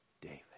David